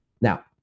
Now